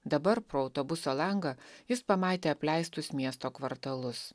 dabar pro autobuso langą jis pamatė apleistus miesto kvartalus